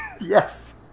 Yes